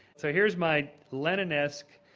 so here's my lenin-esque,